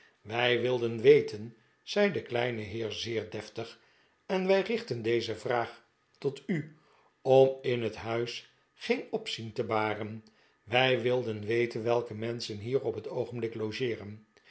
wij wilden weten zei de kleine heer zeer deftig en wij richten deze vraag tot u om in het huis geen opzien te baren wij wilden weten welke menschen hier op het oogenblik logeeren